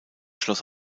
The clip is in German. schloss